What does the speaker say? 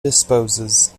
disposes